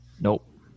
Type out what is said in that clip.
Nope